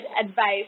advice